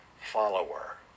Follower